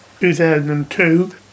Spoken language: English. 2002